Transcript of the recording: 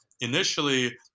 initially